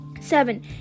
seven